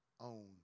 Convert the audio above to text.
own